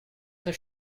très